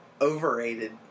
overrated